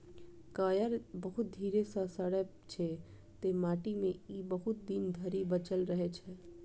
coir बहुत धीरे सं सड़ै छै, तें माटि मे ई बहुत दिन धरि बचल रहै छै